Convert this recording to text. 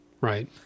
right